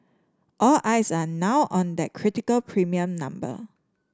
all eyes are now on that critical premium number